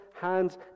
hands